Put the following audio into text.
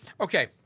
Okay